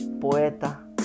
poeta